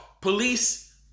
police